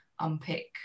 unpick